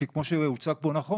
כי כמו שהוצג פה נכון,